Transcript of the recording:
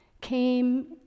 came